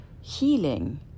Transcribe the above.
healing